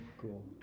cool